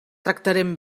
tractarem